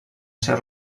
ser